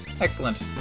Excellent